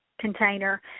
container